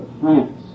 France